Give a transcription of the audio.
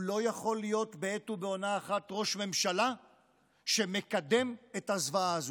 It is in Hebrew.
הוא לא יכול להיות בעת ובעונה אחת ראש ממשלה שמקדם את הזוועה הזו.